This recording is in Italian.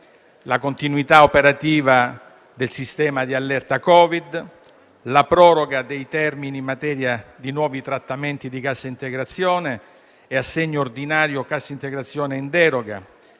la continuità operativa del sistema di allerta Covid; la proroga dei termini in materia di nuovi trattamenti di cassa integrazione, assegno ordinario e cassa integrazione in deroga;